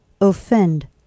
offend